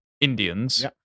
Indians